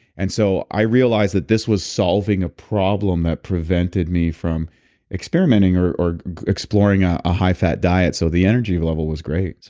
and so i realized that this was solving a problem that prevented me from experimenting or or exploring ah a high fat diet. so the energy level was great. so